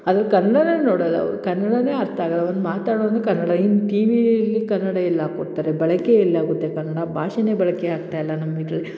ಅದ್ರಲ್ಲಿ ಕನ್ನಡನ ನೋಡಲ್ಲ ಅವರು ಕನ್ನಡನೇ ಅರ್ಥ ಆಗಲ್ಲ ಒಂದು ಮಾತಾಡು ಅಂದರೆ ಕನ್ನಡ ಇನ್ನು ಟೀ ವಿಯಲ್ಲಿ ಕನ್ನಡ ಎಲ್ಲಿ ಹಾಕೊಡ್ತಾರೆ ಬಳಕೆ ಎಲ್ಲಿ ಆಗುತ್ತೆ ಕನ್ನಡ ಭಾಷೆನೆ ಬಳಕೆ ಆಗ್ತಾ ಇಲ್ಲ ನಮ್ಮ ಇದ್ರಲ್ಲಿ